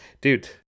dude